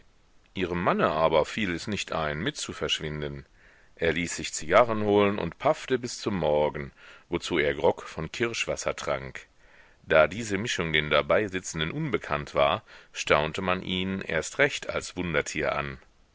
ihrem manne aber fiel es nicht ein mit zu verschwinden er ließ sich zigarren holen und paffte bis zum morgen wozu er grog von kirschwasser trank da diese mischung den dabeisitzenden unbekannt war staunte man ihn erst recht als wundertier an